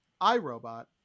iRobot